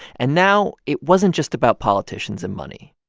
and now it wasn't just about politicians and money.